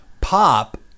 Pop